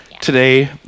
today